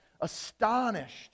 Astonished